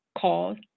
calls